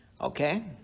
Okay